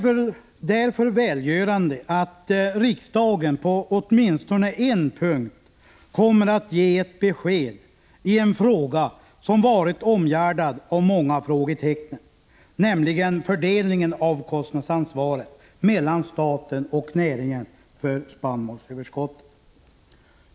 1985/86:118 välgörande att riksdagen på åtminstone en punkt kommer att ge ett beskedi 16 april 1986 en fråga som varit omgärdad av många frågetecken, nämligen fördelningen mellan staten och näringen av kostnadsansvaret för spannmålsöverskottet.